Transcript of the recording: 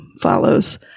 follows